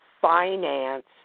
finance